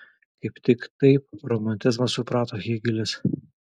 kaip tik taip romantizmą suprato hėgelis